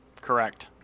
Correct